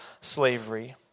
slavery